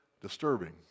disturbing